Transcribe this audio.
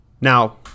Now